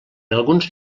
alguns